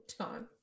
time